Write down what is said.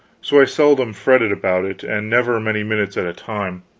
so i seldom fretted about it, and never many minutes at a time